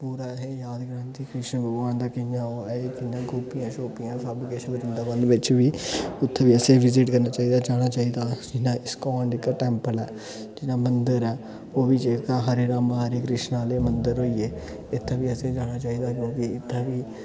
पूरा असेंगी याद करांदी कृष्ण भगबान दा कियां उ'नें कि'यां गोपियां शोपियां सब किश बृंदाबन बिच्च बी उत्थें बी असें विजिट करना चाहिदा जाना चाहिदा जियां इस्कोन टेंपल ऐ जेह्ड़ा मंदिर ऐ ओह् बी जेह्ड़ा हरे रामा हरे कृष्णा आह्ला मंदिर होई गे इत्थें बी असें जाना चाहिदा क्योंकि इत्थें बी